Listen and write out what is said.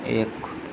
એક